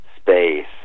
space